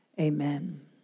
Amen